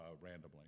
randomly